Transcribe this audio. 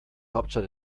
hauptstadt